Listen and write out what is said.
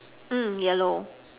mm yellow